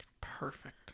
Perfect